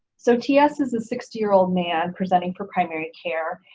so ts is a sixty year old man presenting for primary care.